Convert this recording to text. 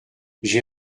j’ai